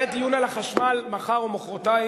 יהיה דיון על החשמל מחר או מחרתיים,